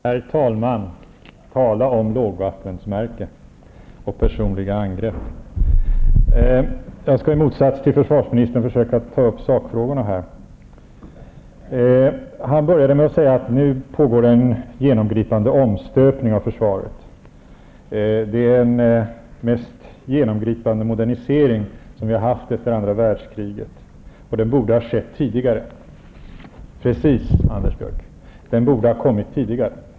Herr talman! Tala om lågvattenmärken och personliga angrepp! Jag skall, i motsats till försvarsministern, försöka ta upp sakfrågorna. Försvarsministern började med att säga att det nu pågår en genomgripande omstöpning av försvaret -- den mest genomgripande modernisering som har skett efter andra världskriget och som borde ha skett tidigare. Ja, precis, Anders Björck, den borde ha kommit tidigare.